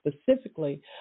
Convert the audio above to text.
specifically